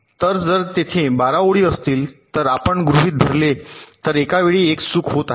तर जर तेथे 12 ओळी असतील आणि जर आपण ते गृहित धरले तर एका वेळी 1 चूक होत आहे